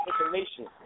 information